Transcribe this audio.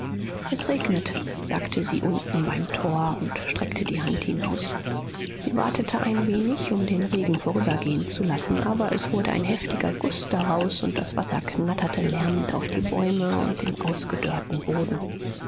es regnet sagte sie unten beim tor und streckte die hand hinaus sie wartete ein wenig um den regen vorübergehen zu lassen aber es wurde ein heftiger guß daraus und das wasser knatterte lärmend auf die bäume und den ausgedörrten boden